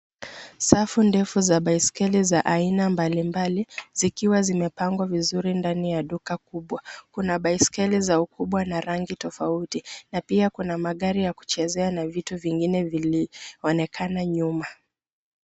Safu ndefu za baiskeli za aina mbalimbali zikiwa zimepangwa vizuri ndani ya duka kubwa. Kuna baiskeli za ukubwa na rangi tofauti na pia kuna magari ya kuchezea na vitu vingine vilionekana nyuma.